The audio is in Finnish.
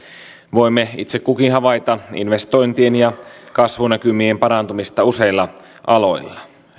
voimme itse kukin havaita investointien ja kasvunäkymien parantumista useilla aloilla